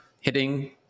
hitting